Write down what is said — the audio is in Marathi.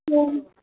हो